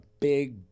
big